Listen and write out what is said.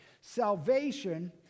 Salvation